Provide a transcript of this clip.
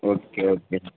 okay okay